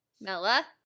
Mella